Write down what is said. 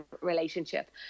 relationship